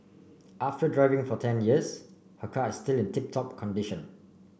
after driving for ten years her car is still in tip top condition